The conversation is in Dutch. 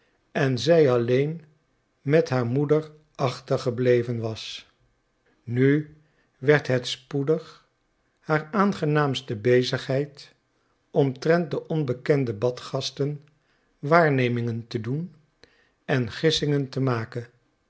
en zij alleen met haar moeder achter gebleven was nu werd het spoedig haar aangenaamste bezigheid omtrent de onbekende badgasten waarnemingen te doen en gissingen te maken